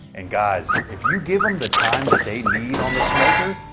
and guys, if you give them the time that they need on the smoker,